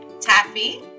Taffy